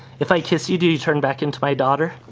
if i kiss you, do you turn back into my daughter?